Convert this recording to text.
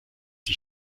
die